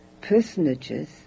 personages